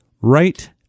Right